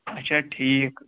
اَچھا ٹھیٖک